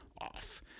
off